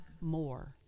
more